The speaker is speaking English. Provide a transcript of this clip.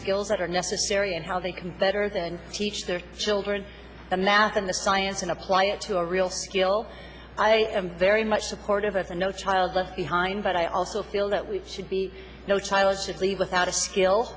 skills that are necessary and how they can better than teach their children the math and the science and apply it to a real skill i am very much supportive of the no child left behind but i also feel that we should be no child should leave without a skill